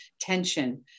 tension